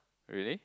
really